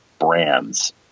brands